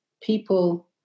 people